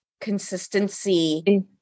consistency